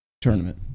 tournament